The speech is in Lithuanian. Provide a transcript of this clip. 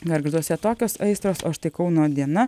gargžduose tokios aistros o štai kauno diena